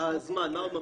מלבד הזמן, מה עוד מפריע?